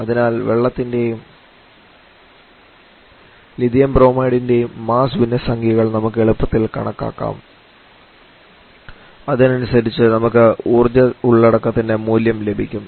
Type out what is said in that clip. അതിനാൽ വെള്ളത്തിൻറെയും ലിഥിയം ബ്രോമൈഡിൻറെയും മാസ്സ് ഭിന്നസംഖ്യകൾ നമുക്ക് എളുപ്പത്തിൽ കണക്കാക്കാം അതിനനുസരിച്ച് നമുക്ക് ഊർജ്ജ ഉള്ളടക്കത്തിന്റെ മൂല്യം ലഭിക്കും